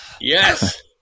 Yes